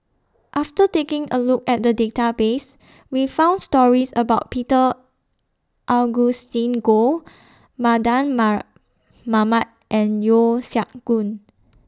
after taking A Look At The Database We found stories about Peter Augustine Goh Mardan Mar Mamat and Yeo Siak Goon